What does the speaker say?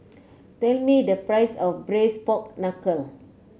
tell me the price of Braised Pork Knuckle